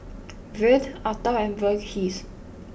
Vedre Atal and Verghese